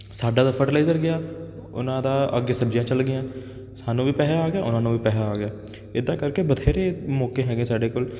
ਸਾਡਾ ਤਾਂ ਫਟਲਾਇਜ਼ਰ ਗਿਆ ਉਹਨਾਂ ਦਾ ਅੱਗੇ ਸਬਜ਼ੀਆਂ ਚੱਲ ਗਈਆਂ ਸਾਨੂੰ ਵੀ ਪੈਸਾ ਆ ਗਿਆ ਉਹਨਾਂ ਨੂੰ ਵੀ ਪੈਸਾ ਆ ਗਿਆ ਇੱਦਾਂ ਕਰਕੇ ਬਥੇਰੇ ਮੌਕੇ ਹੈਗੇ ਸਾਡੇ ਕੋਲ